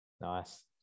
nice